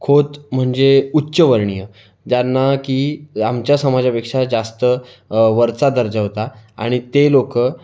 खोत म्हणजे उच्चवर्णीय ज्यांना की आमच्या समाजापेक्षा जास्त वरचा दर्जा होता आणि ते लोकं